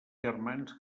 germans